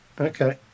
Okay